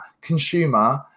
consumer